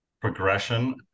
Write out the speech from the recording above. progression